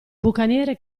bucaniere